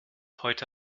heute